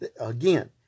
Again